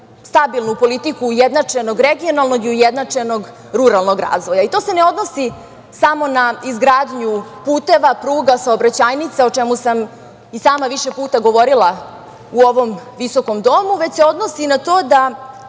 stabilnu politiku ujednačenog regionalnog i ujednačenog ruralnog razvoja. To se ne odnosi samo na izgradnju puteva, pruga, saobraćajnica, o čemu sam i sama više puta govorila u ovom visokom domu, već se odnosi na to da